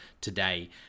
today